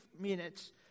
minutes